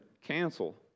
cancel